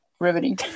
riveting